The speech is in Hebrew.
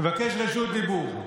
תבקש רשות דיבור.